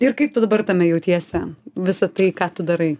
ir kaip tu dabar tame jautiesi visą tai ką tu darai